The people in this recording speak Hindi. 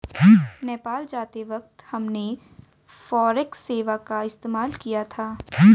नेपाल जाते वक्त हमने फॉरेक्स सेवा का इस्तेमाल किया था